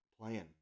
playing